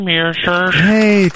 Hey